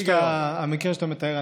המקרה שאתה מתאר,